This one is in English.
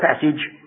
passage